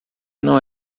não